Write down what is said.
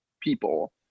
people